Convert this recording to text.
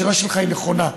השאלה שלך היא נכונה.